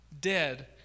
dead